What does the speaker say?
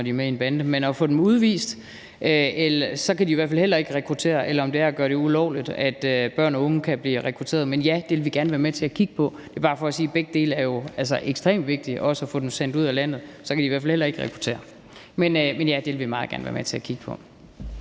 når de er med i en bande – udvist, og så kan de i hvert fald heller ikke rekruttere, eller om det er at gøre det ulovligt, at børn og unge kan blive rekrutteret. Men ja, det vil vi gerne være med til at kigge på. Det er bare for at sige, at begge dele jo altså er ekstremt vigtige, også det at få dem sendt ud af landet. Så kan de i hvert fald heller ikke rekruttere. Men ja, det vil vi meget gerne være med til at kigge på.